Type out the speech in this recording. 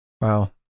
wow